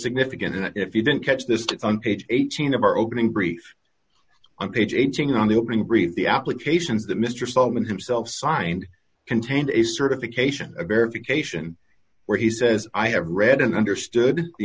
significant and if you didn't catch this on page eighteen of our opening brief on page eighteen on the opening breathe the applications that mr solomon himself signed contained a certification of verification where he says i have read and understood the